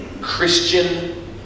Christian